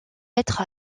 être